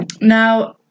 Now